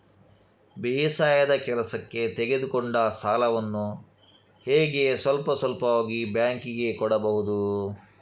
ಬೇಸಾಯದ ಕೆಲಸಕ್ಕೆ ತೆಗೆದುಕೊಂಡ ಸಾಲವನ್ನು ಹೇಗೆ ಸ್ವಲ್ಪ ಸ್ವಲ್ಪವಾಗಿ ಬ್ಯಾಂಕ್ ಗೆ ಕೊಡಬಹುದು?